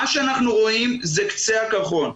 מה שאנחנו רואים זה קצה הקרחון,